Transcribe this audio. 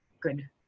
good